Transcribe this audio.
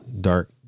dark